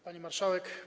Pani Marszałek!